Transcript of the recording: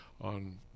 on